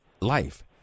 life